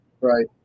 Right